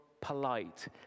polite